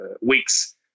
weeks